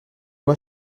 loi